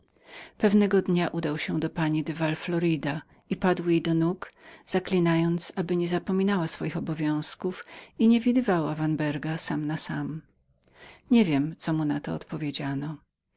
pewnego dnia książe udał się do pani de val florida padł jej do nóg zaklinając aby nie zapominała swoich obowiązków i nie widywała vanberga sam na sam nie wiem co mu na to odpowiedziano